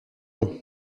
long